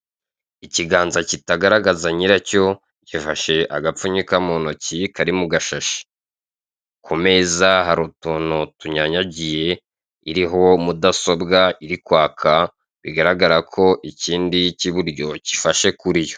Ikiganza kitagaragaza nyiracyo, gifashe agapfunyika mu ntoki kari mu gashashi. Ku meza hari utuntu tunyanyagiye, iriho mudasobwa iri kwaka bigaragara ko ikindi cy'iburyo gifashe kuri yo.